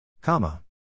Comma